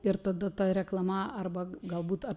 ir tada ta reklama arba galbūt a